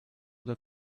that